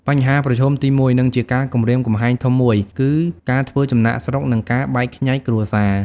បញ្ហាប្រឈមទីមួយ និងជាការគំរាមកំហែងធំមួយ គឺ ការធ្វើចំណាកស្រុក និងការបែកខ្ញែកគ្រួសារ។